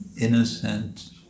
innocent